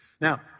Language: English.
Now